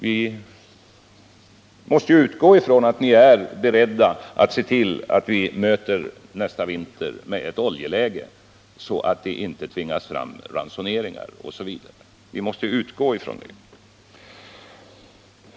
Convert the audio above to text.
Vi måste utgå från att ni är beredda att se till att vi möter nästa vinter med ett sådant oljeläge att inte ransoneringar tvingas fram.